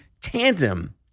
tandem